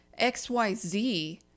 xyz